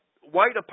white